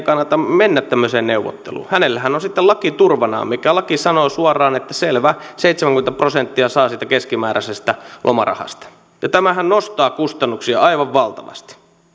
kannata mennä tämmöiseen neuvotteluun hänellähän on sitten laki turvanaan laki sanoo suoraan että selvä seitsemänkymmentä prosenttia saa siitä keskimääräisestä lomarahasta tämähän nostaa kustannuksia aivan valtavasti